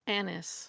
Anis